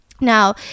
now